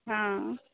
हँ